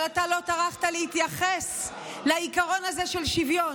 אבל אתה לא טרחת להתייחס לעיקרון הזה של שוויון.